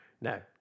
no